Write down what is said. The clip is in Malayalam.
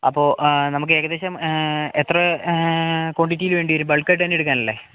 അപ്പോൾ നമുക്ക് ഏകദേശം എത്ര കോണ്ടിറ്റിയില് വേണ്ടി വരും ബള്ക്ക് ആയിട്ട് തന്നെ എടുക്കാനല്ലേ